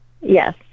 Yes